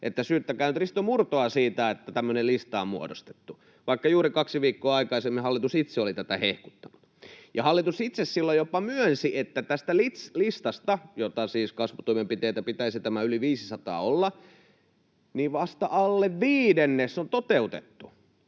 syyttäkää nyt Risto Murtoa siitä, että tämmöinen lista on muodostettu, vaikka juuri kaksi viikkoa aikaisemmin hallitus itse oli tätä hehkuttanut. Hallitus itse silloin jopa myönsi, että tästä listasta, jossa siis pitäisi kasvutoimenpiteitä olla yli 500, vasta alle viidennes on toteutettu.